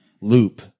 loop